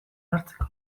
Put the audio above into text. hartzeko